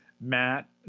Matt